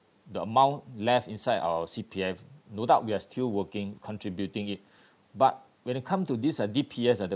the amount left inside our C_P_F no doubt we're still working contributing it but when it come to this uh D_P_S uh the